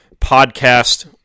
podcast